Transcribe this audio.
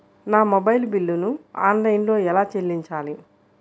నా మొబైల్ బిల్లును ఆన్లైన్లో ఎలా చెల్లించాలి?